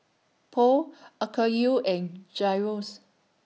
Pho Okayu and Gyros